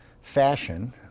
fashion